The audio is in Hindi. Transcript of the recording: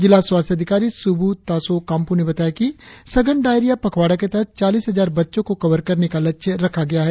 जिला स्वास्थ्य अधिकारी सुबू तासो कामपू ने बताया कि सघन डायरिया पखवाड़ा के तहत चालीस हजार बच्चों को कवर करने का लक्ष्य रखा गया है